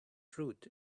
fruit